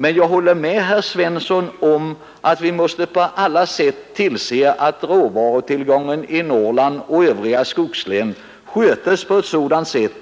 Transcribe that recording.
Men jag håller med herr Svensson i Malmö om att vi på alla sätt måste se till att råvarutillgången i Norrland och övriga skogslän sköts så att inte